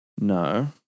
No